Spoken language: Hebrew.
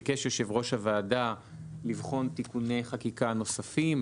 ביקש יושב-ראש הוועדה לבחון תיקוני חקיקה נוספים.